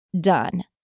done